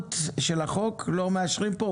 המהות של החוק לא מאשרים פה,